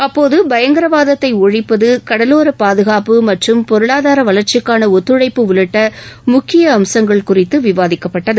அப்போது பயங்கரவாதத்தை ஒழிப்பது கடலோரப்பாதுகாப்பு மற்றும் பொருளாதார வளர்ச்சிக்கான ஒத்துழைப்பு உள்ளிட்ட முக்கிய அம்சங்கள் குறித்து விவாதிக்கப்பட்டது